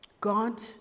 God